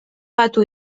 patu